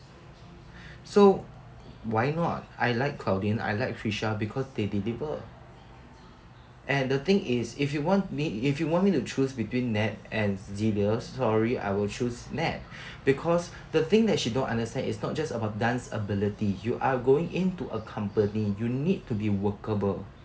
so why not I like claudine I like kresha because they deliver and the thing is if you want me if you want me to choose between nat and xenia sorry I will choose nat because the thing that she don't understand is not just about dance ability you are going into a company you need to be workable